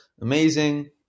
Amazing